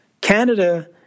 Canada